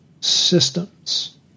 systems